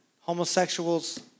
Homosexuals